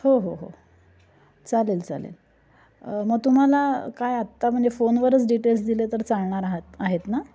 हो हो हो चालेल चालेल मग तुम्हाला काय आत्ता म्हणजे फोनवरच डिटेल्स दिले तर चालणार आहात आहेत ना